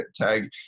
tag